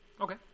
Okay